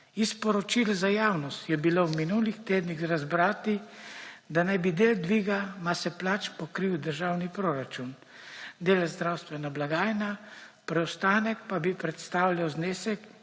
Iz sporočil za javnost je bilo v minulih tednih razbrati, da naj bi del dviga mase plač pokril državni proračun, del zdravstvena blagajna, preostanek pa bi predstavljal znesek,